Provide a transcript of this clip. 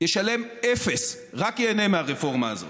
ישלם אפס, רק ייהנה מהרפורמה.